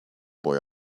boy